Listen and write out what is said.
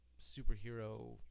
superhero